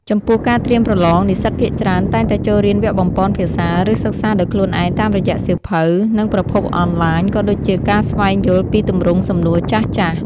ចំពោះការត្រៀមប្រឡង និស្សិតភាគច្រើនតែងតែចូលរៀនវគ្គបំប៉នភាសា ឬសិក្សាដោយខ្លួនឯងតាមរយៈសៀវភៅ និងប្រភពអនឡាញ ក៏ដូចជាការស្វែងយល់ពីទម្រង់សំណួរចាស់ៗ។